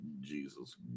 Jesus